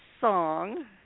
song